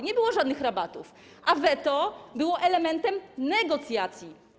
Nie było żadnych rabatów, a weto było elementem negocjacji.